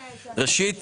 ראשית,